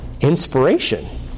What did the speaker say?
inspiration